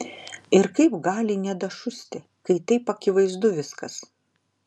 ir kaip gali nedašusti kai taip akivaizdu viskas